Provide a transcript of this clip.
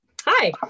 Hi